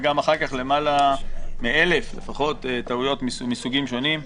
יותר מאלף קולות עם טעויות מסוגים שונים.